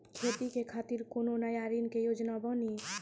खेती के खातिर कोनो नया ऋण के योजना बानी?